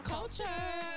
Culture